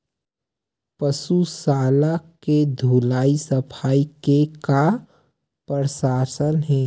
पशु शाला के धुलाई सफाई के का परामर्श हे?